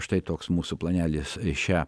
štai toks mūsų planelis šią